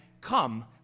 come